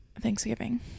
thanksgiving